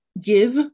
give